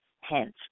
hence